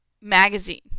magazine